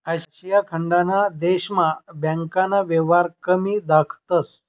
आशिया खंडना देशस्मा बँकना येवहार कमी दखातंस